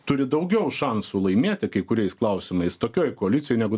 turi daugiau šansų laimėti kai kuriais klausimais tokioj koalicijoj negu